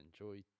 enjoy